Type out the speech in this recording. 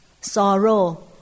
sorrow